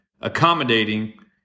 accommodating